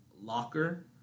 Locker